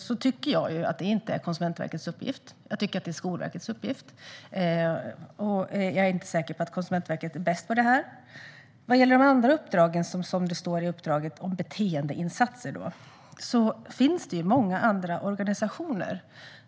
Jag tycker inte att det är Konsumentverkets uppgift utan Skolverkets uppgift. Jag är inte säker på att Konsumentverket är bäst på det. Vad gäller de andra uppdragen som det står om med beteendeinsatser finns det många andra organisationen.